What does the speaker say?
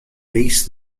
base